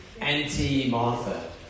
anti-Martha